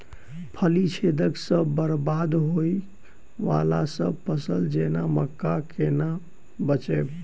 फली छेदक सँ बरबाद होबय वलासभ फसल जेना मक्का कऽ केना बचयब?